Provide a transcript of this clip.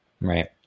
Right